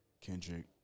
Kendrick